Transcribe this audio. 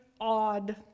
odd